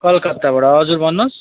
कलकत्ताबाट हजुर भन्नुहोस्